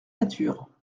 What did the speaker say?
nature